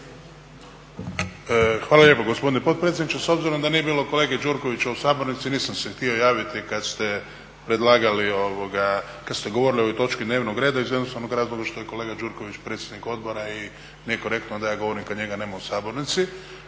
Hvala lijepo gospodine potpredsjedniče. S obzirom da nije bilo kolege Gjurkovića u sabornici nisam se htio javiti kad ste predlagali, kad ste govorili o ovoj točki dnevnog reda iz jednostavnog razloga što je kolega Gjurković predsjednik Odbora i nije korektno da ja govorim kad njega nema u sabornici.